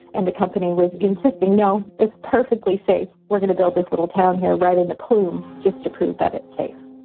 and the company was insisting, no, it's perfectly safe. we're gonna build this little town here right in the plume just to prove that it's safe